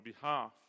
behalf